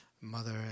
mother